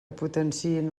potenciïn